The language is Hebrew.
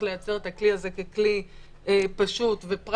לייצר את הכלי הזה ככלי פשוט ופרקטי,